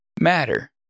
matter